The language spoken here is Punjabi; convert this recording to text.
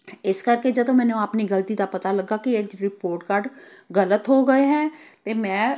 ਇਸ ਕਰਕੇ ਜਦੋਂ ਮੈਨੂੰ ਆਪਣੀ ਗਲਤੀ ਦਾ ਪਤਾ ਲੱਗਾ ਕਿ ਇੰਝ ਰਿਪੋਰਟ ਕਾਰਡ ਗਲਤ ਹੋ ਗਏ ਹੈ ਅਤੇ ਮੈਂ